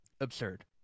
Absurd